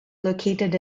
located